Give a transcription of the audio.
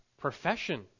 profession